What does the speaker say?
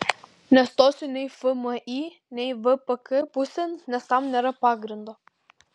nestosiu nei fmį nei vpk pusėn nes tam nėra pagrindo